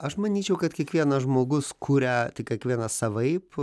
aš manyčiau kad kiekvienas žmogus kuria kiekvienas savaip